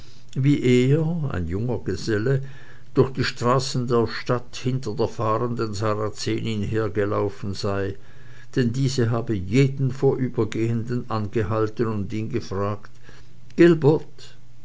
wie er ein junger geselle durch die straßen der stadt hinter der fahrenden sarazenin hergelaufen sei denn diese habe jeden vorübergehenden angehalten und ihn gefragt